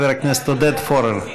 חבר הכנסת עודד פורר.